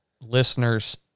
listeners